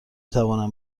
توانم